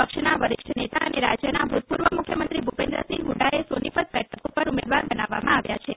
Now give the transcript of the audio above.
પક્ષના વરિષ્ઠ નેતા અને રાજ્યના ભૂતપૂર્વ મુખ્યમંત્રી ભૂપેન્દ્રસિંહ હુડ્ડાને સોનીપત બેઠક પર ઉમેદવાર બનાવવામાં આવ્યા છે